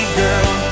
girl